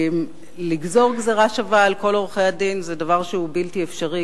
לגזור גזירה שווה על כל עורכי-הדין זה דבר בלתי אפשרי,